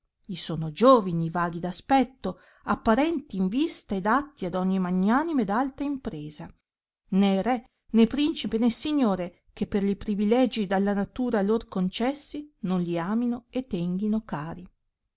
i sono giovini vaghi d aspetto apparenti in vista ed atti ad ogni magnanima ed alta impresa né re né principe né signore che per li privilegi dalla natura a lor concessi non gli amino e tenghino cari